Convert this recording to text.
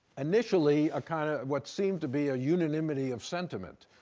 initially, a kind of, what seemed to be unanimity of sentiment.